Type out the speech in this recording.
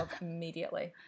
immediately